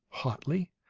hotly.